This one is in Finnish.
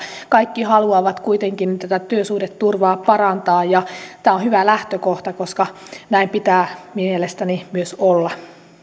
kaikki haluavat kuitenkin tätä työsuhdeturvaa parantaa tämä on hyvä lähtökohta koska näin pitää mielestäni myös olla